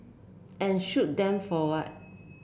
and shoot them for what